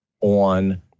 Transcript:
on